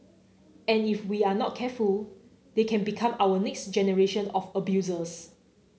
and if we are not careful they can become our next generation of abusers